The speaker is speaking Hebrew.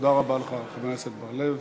תודה רבה לך, חבר הכנסת בר-לב.